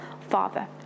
father